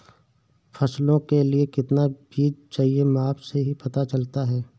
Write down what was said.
फसलों के लिए कितना बीज चाहिए माप से ही पता चलता है